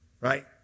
Right